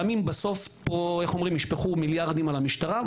גם אם בסוף ישפכו פה מיליארדים על המשטרה,